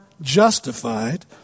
justified